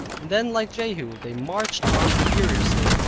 and then, like jehu, they marched on furiously,